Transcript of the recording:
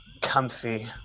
comfy